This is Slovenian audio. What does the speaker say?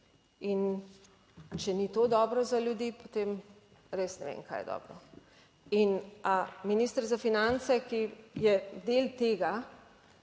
in če ni to dobro za ljudi, potem res ne vem, kaj je dobro. In minister za finance, ki je del tega